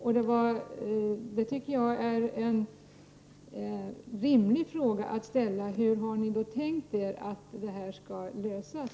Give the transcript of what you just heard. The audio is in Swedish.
En fråga som det är rimligt att ställa är: Hur har ni tänkt er att detta skall lösas?